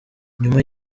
nyuma